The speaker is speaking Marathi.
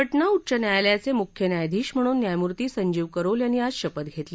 पटना उच्च न्यायालयाचे मुख्य न्यायाधीश म्हणून न्यायमूर्ती संजीव करोल यांनी आज शपथ घेतली